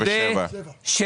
בהתאם לתחזיות שלנו, כן.